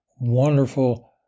wonderful